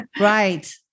right